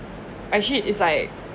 actually it's like